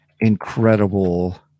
incredible